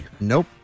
Nope